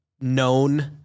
known